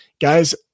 Guys